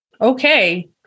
Okay